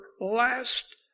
last